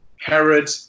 Herod